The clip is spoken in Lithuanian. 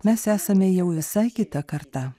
mes esame jau visai kita karta